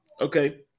Okay